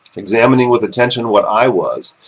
examining with attention what i was,